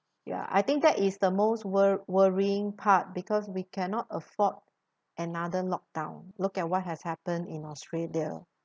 ya I think that is the most wor~ worrying part because we cannot afford another lockdown look at what has happened in australia